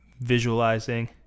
visualizing